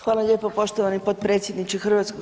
Hvala lijepo poštovani potpredsjedniče HS.